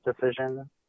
decision